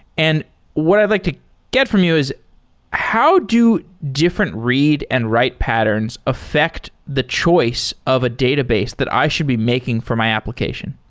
and what i'd like to get from you is how do different read and write patterns affect the choice of a database that i should be making for my application?